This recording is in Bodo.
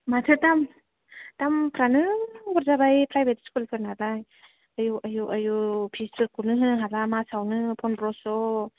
माथो दामफ्रानो अभार जाबाय प्राइभेट स्कुल फोरनालाय आयु आयु आयु फिस फोरखौनो होनो हाला मासावनो पन्द्र'स'